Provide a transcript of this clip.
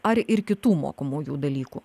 ar ir kitų mokomųjų dalykų